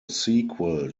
sequel